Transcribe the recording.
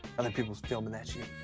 other people filming that shit,